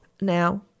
Now